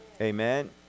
Amen